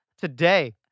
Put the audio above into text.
today